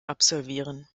absolvieren